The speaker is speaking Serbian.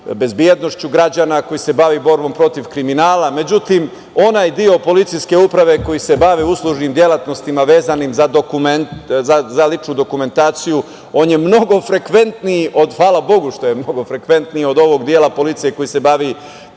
bezbednošću građana, koji se bavi borbom protiv kriminala. Međutim, onaj deo policijske uprave koji se bave uslužnim delatnostima vezanim za ličnu dokumentaciju, on je mnogo frekventniji, hvala Bogu što je mnogo frekventniji, od ovog dela policije koji se bavi kriminalcima